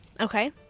Okay